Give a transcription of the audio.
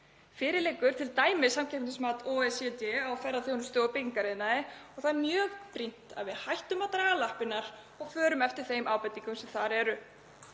Fyrir liggur t.d. samkeppnismat OECD á ferðaþjónustu og byggingariðnaði og það er mjög brýnt að við hættum að draga lappirnar og förum eftir þeim ábendingum sem þar eru.